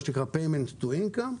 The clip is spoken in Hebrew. מה שנקרא Payment to income,